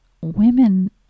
women